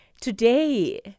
Today